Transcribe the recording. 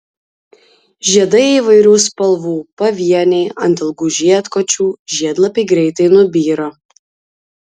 žiedai įvairių spalvų pavieniai ant ilgų žiedkočių žiedlapiai greitai nubyra